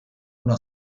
uno